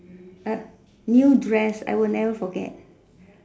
A new dress I'll never forget